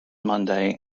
monday